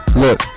look